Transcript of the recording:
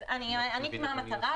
אז אני עניתי מה המטרה.